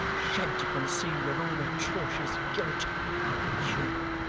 shed to conceal your own atrocious guilt you,